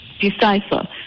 decipher